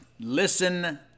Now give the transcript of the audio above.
Listen